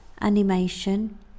Animation